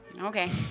Okay